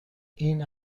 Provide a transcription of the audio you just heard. این